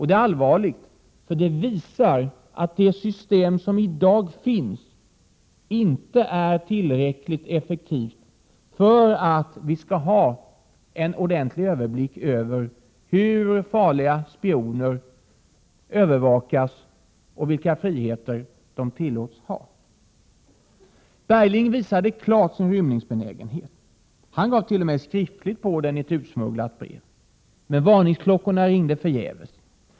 Det är allvarligt, för det visar att det system som i dag finns inte är tillräckligt effektivt för att vi skall ha en ordentlig överblick över hur farliga spioner övervakas och vilka friheter de tillåts ha. Bergling visade klart sin rymningsbenägenhet. Han gavt.o.m. skriftligt på den i ett utsmugglat brev. Men varningsklockorna ringde förgäves.